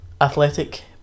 Athletic